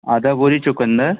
आधी बोरी चुकंदर